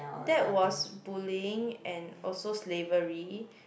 that was bullying and also slavery